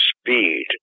speed